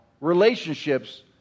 relationships